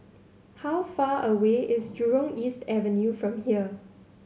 how far away is Jurong East Avenue from here